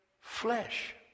flesh